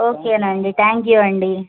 okay thank you అండి